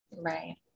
Right